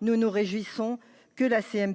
nous nous réjouissons que la commission mixte